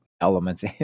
Elements